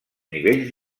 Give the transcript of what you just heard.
nivells